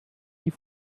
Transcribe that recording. die